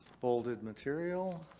bolded material.